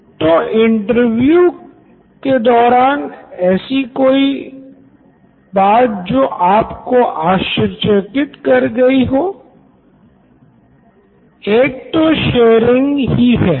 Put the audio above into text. professor तो interview के दौरान ऐसी कोई बात जो आपको आश्चर्यचकित कर गयी हो एक तो शेरिंग ही है